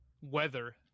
weather